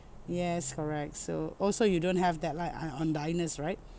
yes correct so also you don't have that like uh on diners right